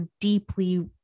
deeply